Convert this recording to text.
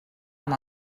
amb